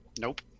Nope